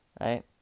right